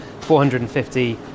450